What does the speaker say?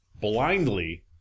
blindly